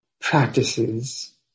practices